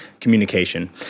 communication